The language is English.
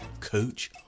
coach